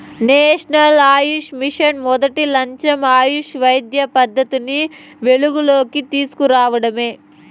national AYUSH mission మొదటి లచ్చెం ఆయుష్ వైద్య పద్దతిని వెలుగులోనికి తీస్కు రావడమే